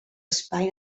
espai